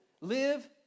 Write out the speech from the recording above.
Live